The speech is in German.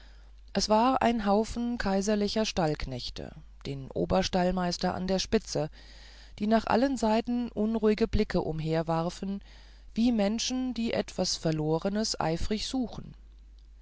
es war ein haufe kaiserlicher stallknechte den oberstallmeister an der spitze die nach allen seiten unruhige blicke umherwarfen wie menschen die etwas verlorenes eifrig suchen